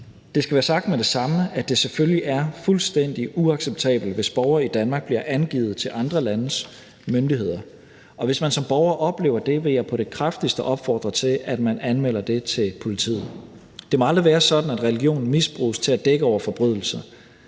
Det skal være sagt med det samme, at det selvfølgelig er fuldstændig uacceptabelt, hvis borgere i Danmark bliver angivet til andre landes myndigheder. Hvis man som borger oplever det, vil jeg på det kraftigste opfordre til, at man anmelder det til politiet. Det må aldrig være sådan, at religionen misbruges til at dække over forbrydelser.